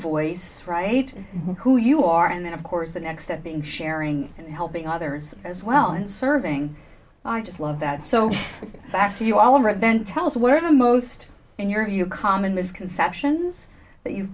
voice right who you are and then of course the next step in sharing and helping others as well and serving i just love that so back to you all right then tell us what are the most in your view common misconceptions that you've